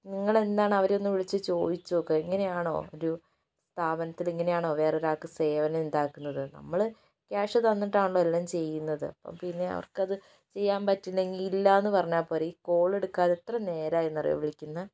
നിങ്ങള് എന്നാല് അവരെ ഒന്ന് വിളിച്ചു ചോദിച്ചു നോക്കൂ ഇങ്ങനെയാണോ ഒരു സ്ഥാപനത്തില് ഇങ്ങനെയാണോ വേറൊരു ആള്ക്ക് സേവനം ഇതാക്കുന്നത് നമ്മള് കൃാഷ് തന്നിട്ടാണല്ലോ എല്ലാം ചെയ്യുന്നത് പിന്നെ അവര്ക്ക് അത് ചെയ്യാന് പറ്റില്ലെങ്കില് ഇല്ല എന്ന് പറഞ്ഞാല് പോരെ ഈ കാേള് എടുക്കാതെ എത്ര നേരമായി എന്നറിയാമോ വിളിക്കുന്നു